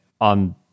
on